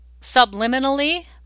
subliminally